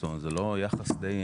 זאת אומרת, זה לא יחס די?